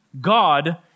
God